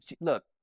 Look